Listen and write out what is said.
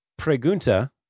Pregunta